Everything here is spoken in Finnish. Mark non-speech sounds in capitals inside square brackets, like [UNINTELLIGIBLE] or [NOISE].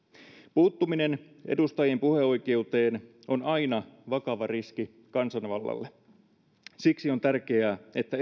puuttuminen edustajien puheoikeuteen on aina vakava riski kansanvallalle siksi on tärkeää että [UNINTELLIGIBLE]